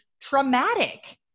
traumatic